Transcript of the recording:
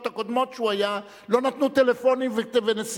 הקודמות שהוא היה לא נתנו טלפונים ונסיעה.